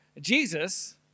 Jesus